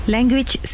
Language